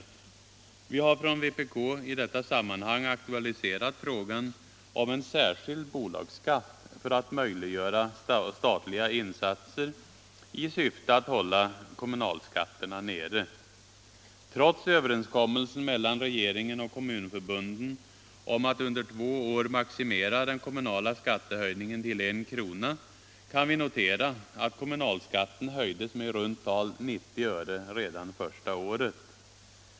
Vi har från vpk i detta sammanhang aktualiserat frågan om en särskild bolagsskatt för att möjliggöra statliga insatser i syfte att hålla kommunalskatterna nere. Trots överenskommelsen mellan regeringen och kommunförbunden om att under två år maximera den kommunala skattehöjningen till 1 krona kan vi notera att kommunalskatten höjdes med i runt tal 90 öre redan första året.